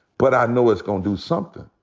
but i know it's gonna do somethin'.